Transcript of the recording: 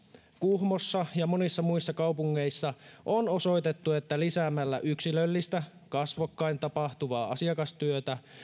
kuhmossa ja monissa muissa kaupungeissa on osoitettu että lisäämällä yksilöllistä kasvokkain tapahtuvaa asiakastyötä